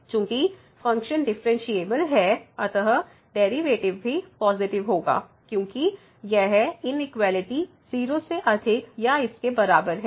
चूंकि function differentiable है अतः डेरिवेटिव भी पॉजिटिव होगा क्योंकि यह इनइक्वालिटी 0 से अधिक या बराबर है